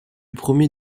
premier